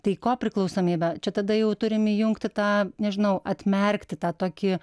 tai kopriklausomybė čia tada jau turim įjungti tą nežinau atmerkti tą tokį